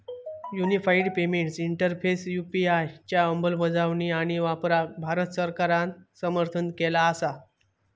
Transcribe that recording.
unified payments interface UPI च्या अंमलबजावणी आणि वापराक भारत सरकारान समर्थन केला असा